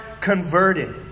converted